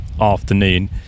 afternoon